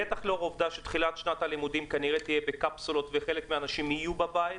בטח לאור העובדה ששנת הלימודים תהיה בקפסולות וחלק מהאנשים יהיו בבית.